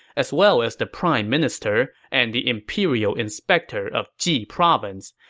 as well as the prime minister and the imperial inspector of ji province,